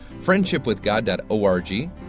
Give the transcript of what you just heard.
friendshipwithgod.org